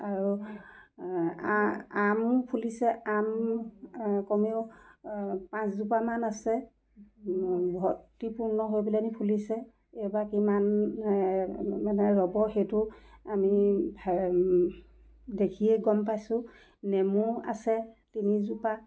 আৰু আ আম ফুলিছে আম কমেও পাঁচজোপামান আছে পেলাই নি ফুলিছে এইবাৰ কিমান মানে ৰ'ব সেইটো আমি দেখিয়েই গম পাইছোঁ নেমু আছে তিনিজোপা